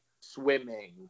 swimming